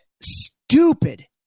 stupid